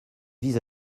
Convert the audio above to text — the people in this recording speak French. vise